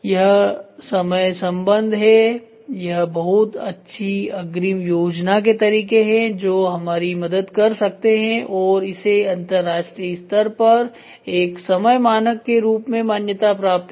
यह समय संबंध है यह बहुत अच्छी अग्रिम योजना के तरीके हैं जो हमारी मदद कर सकते है और इसे अंतरराष्ट्रीय स्तर पर एक समय मानक के रूप में मान्यता प्राप्त है